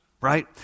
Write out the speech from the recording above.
right